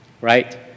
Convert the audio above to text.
Right